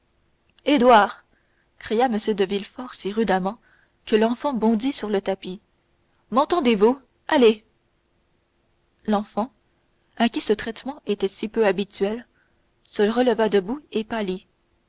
édouard cria m de villefort si rudement que l'enfant bondit sur le tapis m'entendez-vous allez l'enfant à qui ce traitement était peu habituel se releva debout et